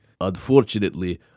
Unfortunately